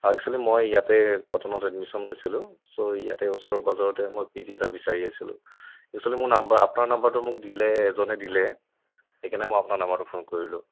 actually মই ইয়াতে কটনত এড্মিশ্বন লৈছিলোঁ চৌ ইয়াতে ওচৰ পাঁজৰতে মই পি জি এটা বিচাৰি আছিলোঁ এক্সোৱেলি মোক নাম্বাৰ আপোনাৰ নাম্বাৰটো মোক দিলে এজনে দিলে সেইকাৰণে মই আপোনাৰ নাম্বাৰটোত ফোন কৰিলোঁ